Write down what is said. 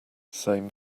same